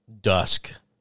dusk